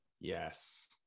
yes